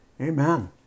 Amen